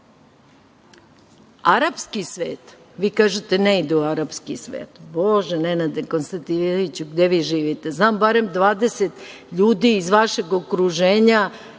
svet, vi kažete - ne ide u arapski svet. Bože, Nenade Konstantinoviću, gde vi živite? Znam barem 20 ljudi iz vašeg okruženja